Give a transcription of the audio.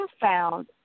found